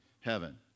heaven